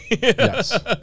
yes